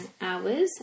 hours